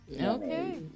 Okay